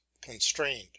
constrained